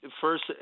First